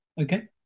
Okay